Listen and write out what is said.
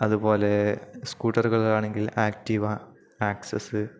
അതുപോലെ സ്കൂട്ടറുകളാണെങ്കിൽ Activa access